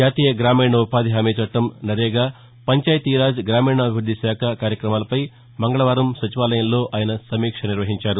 జాతీయ గ్రామీణ ఉపాధి హామీ చట్టం నరేగా పంచాయతీరాజ్ గ్రామీణాభివృద్దిశాఖ కార్యక్రమాలపై మంగకవారం సచివాలయంలో ఆయన సమీక్ష నిర్వహించారు